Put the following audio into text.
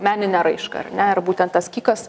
meninę raišką ar ne ir būtent tas kikas